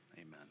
Amen